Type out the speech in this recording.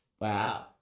Wow